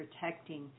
protecting